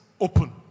open